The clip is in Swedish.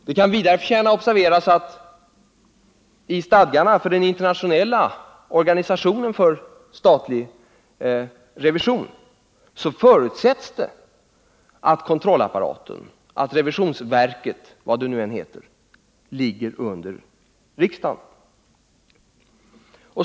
Det kan vidare förtjäna observeras att i stadgarna för den internationella organisationen för statlig revision så förutsätts att kontrollapparaten — riksrevisionsverket eller vad den må heta — ligger under riksdagen.